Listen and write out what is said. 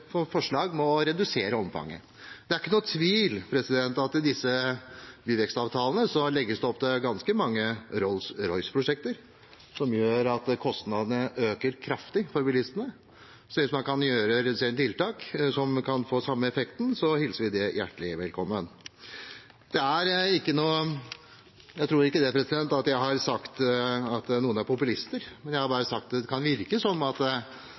forslag om å redusere omfanget. Det er ingen tvil om at det i disse byvekstavtalene legges opp til ganske mange Rolls Royce-prosjekter, noe som gjør at kostnadene øker kraftig for bilistene. Så hvis man kan gjøre reduserende tiltak som kan få den samme effekten, hilser vi det hjertelig velkommen. Jeg tror ikke jeg har sagt at noen er «populister», jeg har bare sagt at det kan virke som at